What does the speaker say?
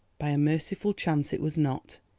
by a merciful chance it was not.